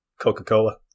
coca-cola